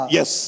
Yes